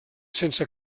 sense